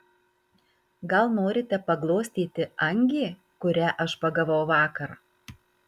gal norite paglostyti angį kurią aš pagavau vakar